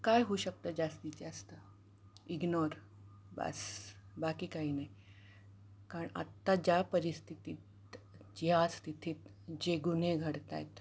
काय होऊ शकतं जास्तीत जास्त इग्नोर बस बाकी काही नाही कारण आत्ता ज्या परिस्थितीत ज्या स्थितीत जे गुन्हे घडत आहेत